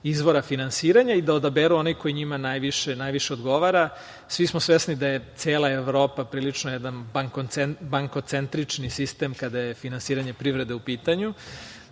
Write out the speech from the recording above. izvora finansiranja i da odaberu one koji njima najviše odgovara. Svi smo svesni da je cela Evropa prilično jedan bankocentrični sistem kada je finansiranje privrede u pitanju